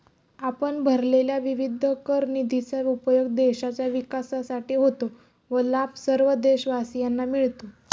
आपण भरलेल्या विविध कर निधीचा उपयोग देशाच्या विकासासाठी होतो व लाभ सर्व देशवासियांना मिळतो